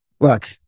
Look